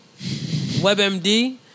WebMD